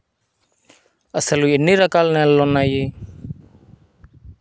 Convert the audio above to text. అసలు ఎన్ని రకాల నేలలు వున్నాయి?